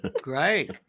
Great